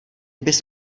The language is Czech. bys